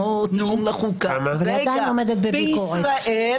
ועדיין היא עומדת בביקורת.